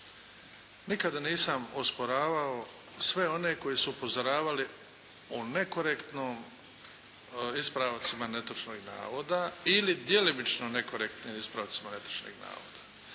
Nikada nisam osporavao sve one koji su upozoravali o nekorektnom ispravcima netočnih navoda ili djelomično nekorektne ispravcima netočnih navoda.